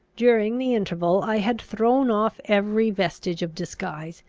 during the interval i had thrown off every vestige of disguise,